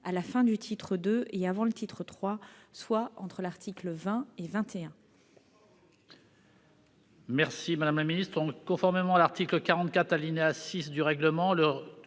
à la fin du titre II et avant le titre III, soit entre les articles 20 et 21.